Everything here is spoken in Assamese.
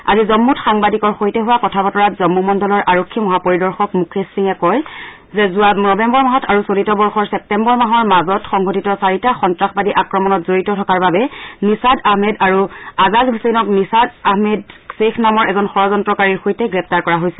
আজি জম্মুত সাংবাদিকৰ সৈতে হোৱা কথা বতৰাত জম্মু মণ্ডলৰ আৰক্ষী মহাপৰিদৰ্শক মুকেশ সিঙে কয় যে যোৱা নৱেম্বৰ মাহত আৰু চলিত বৰ্ষৰ ছেপ্তেম্বৰ মাহৰ মাজত সংঘটিত চাৰিটা সন্তাসবাদী আক্ৰমণত জড়িত থকাৰ বাবে নিশাদ আহমেদ আৰু আজাদ ছছেইনক নিষাৰ আহমেদ গ্বেখ নামৰ এজন ষড়্যফ্লকাৰীৰ সৈতে গ্ৰেপ্তাৰ কৰা হৈছে